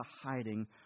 hiding